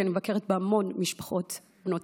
אני מבקרת בהמון משפחות בנות הקהילה,